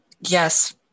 Yes